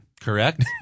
Correct